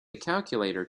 calculator